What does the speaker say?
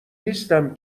نیستم